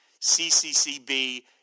C-C-C-B